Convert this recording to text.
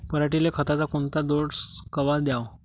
पऱ्हाटीले खताचा कोनचा डोस कवा द्याव?